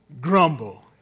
grumble